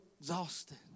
exhausted